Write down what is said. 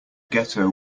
ghetto